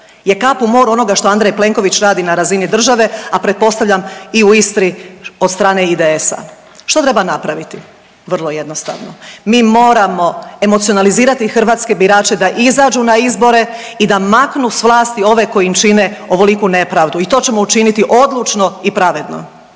je kap u moru onoga što Andrej Plenković radi na razini države, a pretpostavljam i u Istri od strane IDS-a. Što treba napraviti? Vrlo jednostavno. Mi moramo emocionalizirati hrvatske birače da izađu na izbore i da maknu s vlasti ove koji im čine ovoliku nepravdu i to ćemo učiniti odlučno i pravedno.